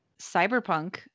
Cyberpunk